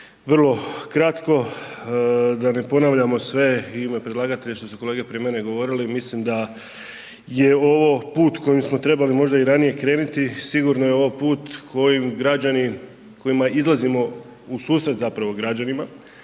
Vrlo kratko, da ne ponavljamo sve i u ime predlagatelja što su kolege prije mene govorili, mislim da je ovo put kojim smo trebali možda i ranije krenuti, sigurno je ovo put kojim građani kojima izlazimo u susret zapravo građanima